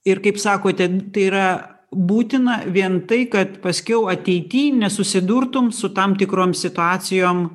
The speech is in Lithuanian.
ir kaip sakote tai yra būtina vien tai kad paskiau ateity nesusidurtum su tam tikrom situacijom